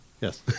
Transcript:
Yes